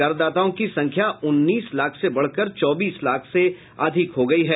करदाताओं की संख्या उन्नीस लाख से बढ़कर चौबीस लाख से अधिक हो गयी है